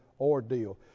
ordeal